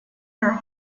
her